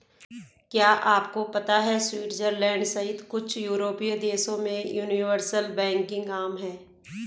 क्या आपको पता है स्विट्जरलैंड सहित कुछ यूरोपीय देशों में यूनिवर्सल बैंकिंग आम है?